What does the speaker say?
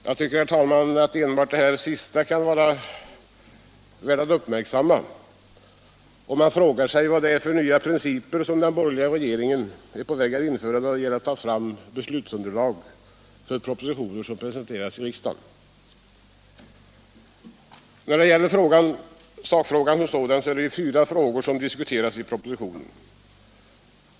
Enbart detta sistnämnda förhållande kan, herr talman, vara värt att uppmärksamma, och man frågar sig vad det är för nya principer som den borgerliga regeringen är på väg att införa då det gäller att ta fram beslutsunderlag för propositioner som presenteras i riksdagen. När det gäller sakfrågan är det fyra frågor som diskuteras i propositionen.